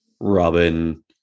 Robin